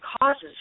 causes